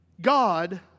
God